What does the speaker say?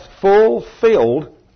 fulfilled